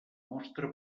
mostra